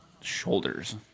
shoulders